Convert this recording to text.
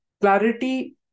Clarity